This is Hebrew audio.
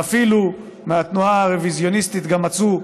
ואפילו מהתנועה הרוויזיוניסטית מצאו,